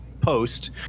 Post